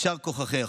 יישר כוחך.